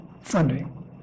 funding